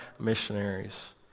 missionaries